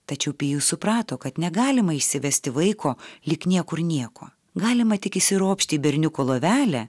tačiau pijus suprato kad negalima išsivesti vaiko lyg niekur nieko galima tik įsiropšti į berniuko lovelę